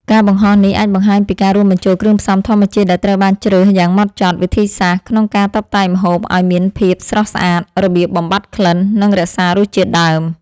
ការបង្ហាញនេះអាចបង្ហាញពីការរួមបញ្ចូលគ្រឿងផ្សំធម្មជាតិដែលត្រូវបានជ្រើសយ៉ាងម៉ត់ចត់ វិធីសាស្រ្តក្នុងការតុបតែងម្ហូបឲ្យមានភាពស្រស់ស្អាត, របៀបបំបាត់ក្លិន និងរក្សារសជាតិដើម